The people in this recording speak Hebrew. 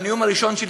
בנאום הראשון שלי,